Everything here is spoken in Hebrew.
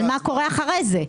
מה קורה אחרי זה?